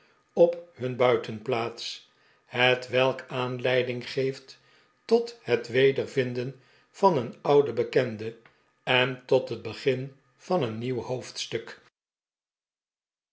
op hun buitenplaats hetwelk aanleiding geeft tot het wedervinden van een ouden bekende en tot het begin van een nieuw hoofdstuk